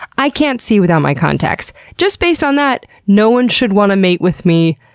i can't see without my contacts. just based on that, no one should wanna mate with me,